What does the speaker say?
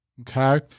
Okay